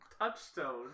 touchstone